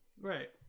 Right